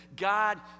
God